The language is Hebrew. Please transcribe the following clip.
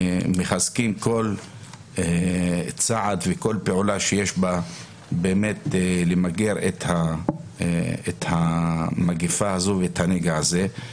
מחזקים כל צעד וכל פעולה שיש בה באמת למגר את המגפה הזו ואת הנגע הזה.